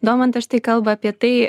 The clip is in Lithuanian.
domantas štai kalba apie tai